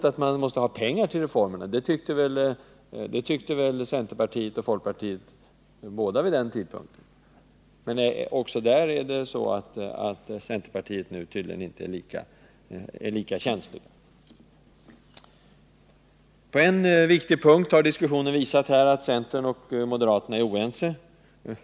Att man måste ha pengar till reformerna tyckte däremot centerpartiet och folkpartiet båda vid den tidpunkten. Men också där är tydligen centerpartiet mindre känsligt nu. Diskussionen har visat att centern och moderaterna på en viktig punkt är oense.